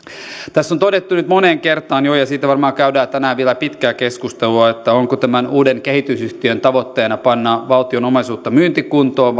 tässä on todettu nyt jo moneen kertaan ja siitä varmaan käydään tänään vielä pitkää keskustelua onko tämän uuden kehitysyhtiön tavoitteena panna valtion omaisuutta myyntikuntoon